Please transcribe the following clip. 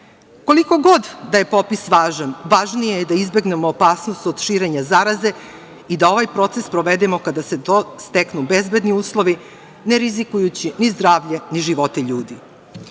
god da je popis važan, važnije je da izbegnemo opasnost od širenja zaraze i da ovaj proces sprovedemo kada se steknu bezbedni uslovi, ne rizikujući ni zdravlje ni živote ljudi. Na